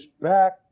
back